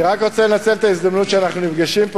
אני רק רוצה לנצל את ההזדמנות שאנחנו נפגשים פה